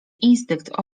instynkt